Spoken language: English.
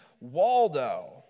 Waldo